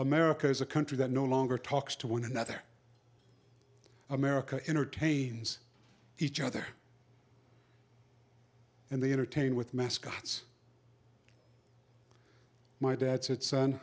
america is a country that no longer talks to one another america entertains each other and they entertain with mascots my dad said